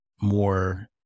more